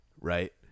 right